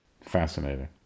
Fascinating